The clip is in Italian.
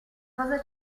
cosa